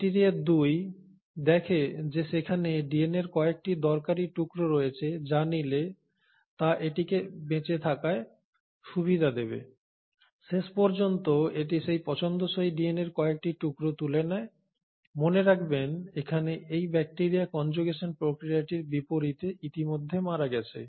bacteria 2 দেখে যে সেখানে ডিএনএর কয়েকটি দরকারী টুকরো রয়েছে যা নিলে তা এটিকে বেঁচে থাকায় সুবিধা দেবে শেষ পর্যন্ত এটি সেই পছন্দসই ডিএনএর কয়েকটি টুকরো তুলে নেয় মনে রাখবেন এখানে এই ব্যাকটেরিয়া কনজুগেশন প্রক্রিয়াটির বিপরীতে ইতিমধ্যে মারা গেছে